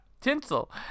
Tinsel